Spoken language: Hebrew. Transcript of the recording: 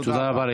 תודה רבה.